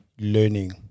learning